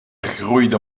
groeide